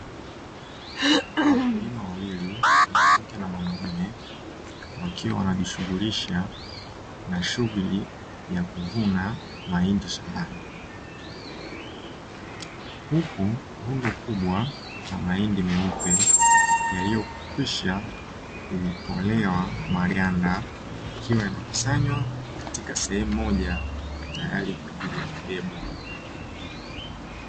Wakulima wawili mwanamke na mwanaume, wakiwa wanajishughulisha na shughuli ya kuvuna mahindi shambani, huku rundo kubwa la mahindi meupe yaliyokwisha kutolewa maganda yakiwa yamekusanywa katika sehemu moja, tayari kwa ajili ya kubebwa.